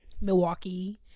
Milwaukee